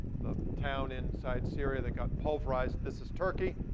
the town inside syria that got pulverized. this is turkey,